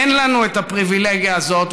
אין לנו את הפריבילגיה הזאת,